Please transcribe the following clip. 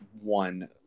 one